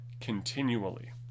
continually